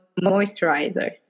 moisturizer